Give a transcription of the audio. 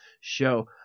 show